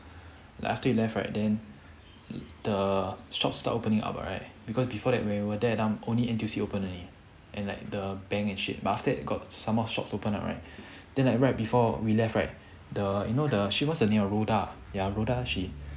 like after you left right then the shop store opening hour right because before that when we were there that time only N_T_U_C open only 而已 and like the bank and shit but after that got some more shops open up right then like right before we left right the you know the shit whats her name rhoda ya rhoda she